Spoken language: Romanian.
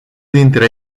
dintre